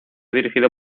dirigido